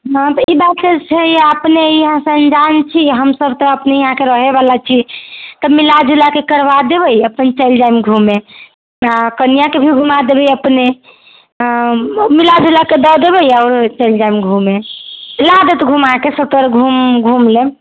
हॅं तऽ ई बात तऽ छहिए अपने इहाँसे अन्जान छी हमसभ तऽ अपने इहाँके रहय बला छी तऽ मिलाजुलाके करबा देबै अपन चलि जायब घूमे आ कनिआ के भी घुमा देबै अपने अऽ मिलजुलाके दऽ देबै आओर चलि जायब घुमे ला देतऽ घुमा कऽ सभतर घुमि लेब